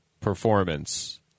performance